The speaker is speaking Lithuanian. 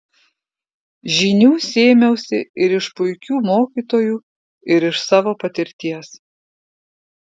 žinių sėmiausi ir iš puikių mokytojų ir iš savo patirties